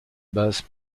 base